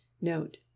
Note